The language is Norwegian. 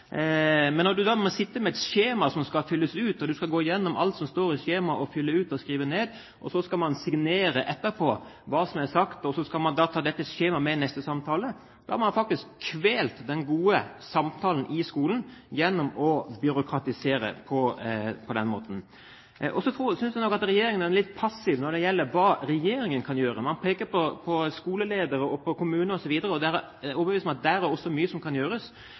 Men når du må sitte med et skjema som skal fylles ut, du skal gå igjennom alt som står i skjemaet og fylle ut og skrive ned, du skal etterpå signere på hva som er sagt og ta dette skjemaet med i neste samtale, da har man faktisk kvelt den gode samtalen i skolen gjennom å byråkratisere slik. Så synes jeg nok at regjeringen er litt passiv når det gjelder hva regjeringen kan gjøre. Man peker på skoleledere og kommuner osv. Jeg er overbevist om at der er det mye som kan gjøres,